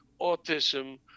autism